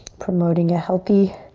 promoting a healthy